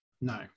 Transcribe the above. No